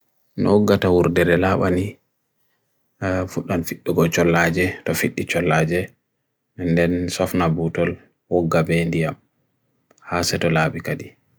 Ko hite fiyaaki nden curry?